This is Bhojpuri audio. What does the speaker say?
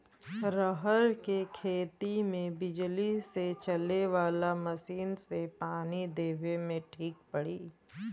रहर के खेती मे बिजली से चले वाला मसीन से पानी देवे मे ठीक पड़ी?